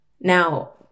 Now